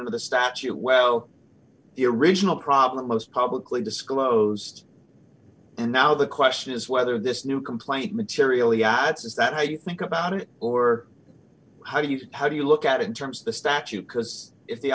of the statute well the original problem most publicly disclosed and now the question is whether this new complaint materially adds is that how you think about it or how do you how do you look at in terms of the statute because if the